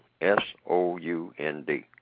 S-O-U-N-D